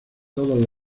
todos